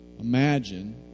Imagine